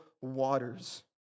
waters